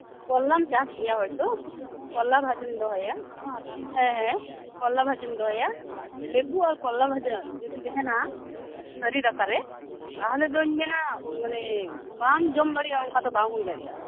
ᱠᱚᱨᱞᱟᱢ ᱪᱟᱥᱜᱮᱭᱟ ᱦᱚᱭᱛᱚ ᱠᱚᱨᱞᱟ ᱵᱷᱟᱡᱟᱢ ᱫᱚᱦᱚᱭᱟ ᱦᱮᱸ ᱠᱚᱨᱞᱟ ᱵᱷᱟᱡᱟᱢ ᱫᱚᱦᱚᱭᱟ ᱞᱮᱵᱩ ᱟᱨ ᱠᱚᱨᱞᱟ ᱵᱷᱟᱡᱟ ᱡᱚᱫᱤ ᱛᱟᱦᱮᱱᱟ ᱛᱷᱟᱹᱨᱤ ᱫᱟᱠᱟᱨᱮ ᱛᱟᱦᱚᱞᱮᱫᱚᱧ ᱢᱮᱱᱟ ᱢᱟᱱᱮ ᱵᱟᱢ ᱡᱚᱢᱫᱟᱲᱤᱭᱟᱜ ᱚᱱᱠᱠᱟᱫᱚ ᱵᱟᱝ ᱦᱩᱭᱫᱟᱲᱤᱭᱟᱜ ᱟ